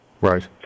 Right